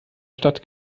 stadt